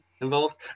involved